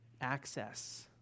access